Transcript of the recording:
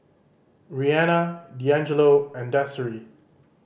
Rihanna Deangelo and Desiree